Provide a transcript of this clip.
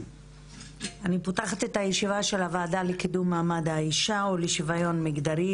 אני פותחת את הישיבה של הוועדה של קידום מעמד האישה ולשוויון מגדרי.